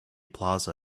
plaza